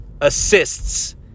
Assists